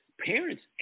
parents